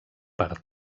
per